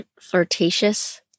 flirtatious